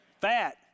Fat